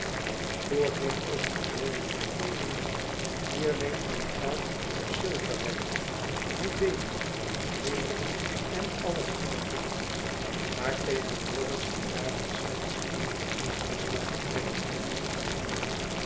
voorheen ook de woorden kon lezen hier leent men geld op zilverschetsejsl van boz werk juweelen kleederen en allerhande goederen maar tegenwoordig zijn daarvan slechts eenige onleesbare trekken overgebleven